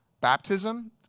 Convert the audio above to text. Baptism